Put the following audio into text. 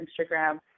Instagram